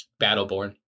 Battleborn